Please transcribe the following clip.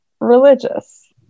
religious